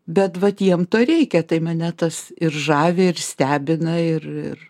bet vat jiem to reikia tai mane tas ir žavi ir stebina ir ir